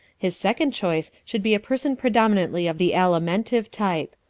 his second choice should be a person predominantly of the alimentive type.